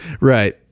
Right